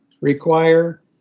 require